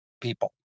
people